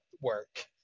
work